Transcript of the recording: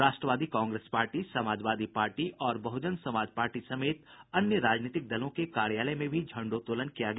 राष्ट्रवादी Congress Party Samajwadi Party और Bahujan Samaj Party समेत अन्य राजनीतिक दलों के कार्यालय में भी झण्डोत्तोलन किया गया